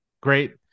Great